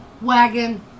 Wagon